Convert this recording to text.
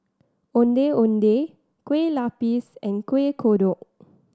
Ondeh Ondeh Kueh Lapis and Kuih Kodok